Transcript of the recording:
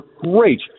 great